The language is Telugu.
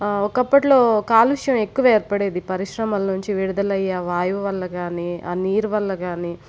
ఒకప్పటిలో కాలుష్యం ఎక్కువ ఏర్పడేది పరిశ్రమల నుంచి విడుదలయ్యే ఆ వాయువు వల్ల కాని ఆ నీరు వల్ల కాని